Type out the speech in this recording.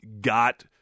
got